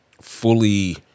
fully